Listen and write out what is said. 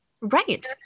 right